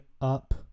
up